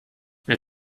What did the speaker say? wer